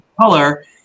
color